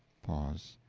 pause.